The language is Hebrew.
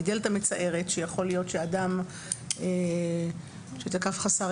היא דלתא מצערת שיכול להיות שאדם שתקף חסר